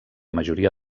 majoria